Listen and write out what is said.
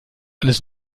eines